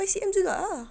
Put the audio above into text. five C_M juga ah